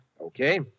Okay